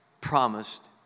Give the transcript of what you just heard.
promised